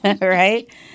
right